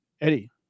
Eddie